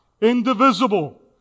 indivisible